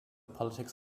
politics